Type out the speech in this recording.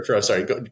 sorry